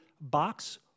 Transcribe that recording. box